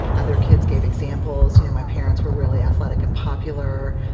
other kids gave examples you know my parents were really athletic and popular.